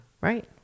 Right